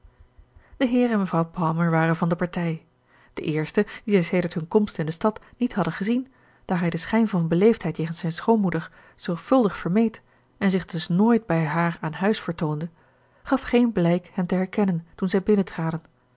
de heer en mevrouw palmer waren van de partij de eerste dien zij sedert kun komst in de stad niet hadden gezien daar hij den schijn van beleefdheid jegens zijne schoonmoeder zorgvuldig vermeed en zich dus nooit bij haar aan huis vertoonde gaf geen blijk hen te herkennen toen zij binnentraden